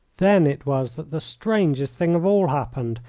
then it was that the strangest thing of all happened,